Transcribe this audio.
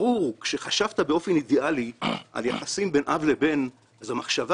ברור שחשבת באופן אידיאלי על יחסים בין אב לבן אז המחשבה